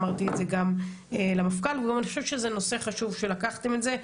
אמרתי את זה גם למפכ"ל וגם אני חושבת שזה נושא חשוב שלקחתם את זה.